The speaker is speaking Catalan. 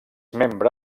membre